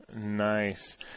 Nice